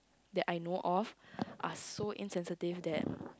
that I know of are so insensitive that